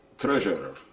treasurer.